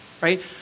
Right